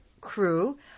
crew